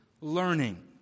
learning